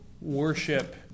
worship